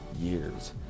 years